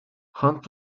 hunt